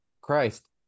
christ